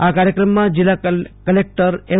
આ કાર્યક્રમમાં જિલ્લા કલેકટર એમ